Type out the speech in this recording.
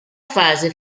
fase